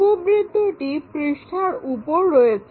উপবৃত্তটি পৃষ্ঠার উপর রয়েছে